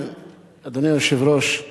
אדוני היושב-ראש,